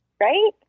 Right